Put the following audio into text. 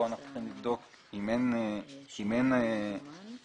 כאן אנחנו צריכים לבדוק אם אין מכוח